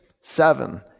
seven